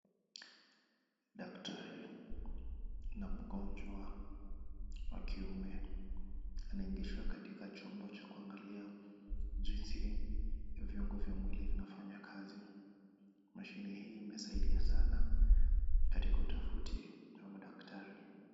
Daktari, na mgonjwa, wa kiume. Anaingishwa katika chombo cha kuangalia jinsi viungo vya mwili vinafanya kazi. Mashine hii imesaidia sana katika utafiti wa madaktari.